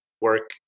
Work